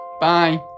Bye